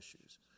issues